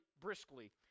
briskly